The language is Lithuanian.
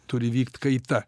turi vykt kaita